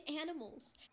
animals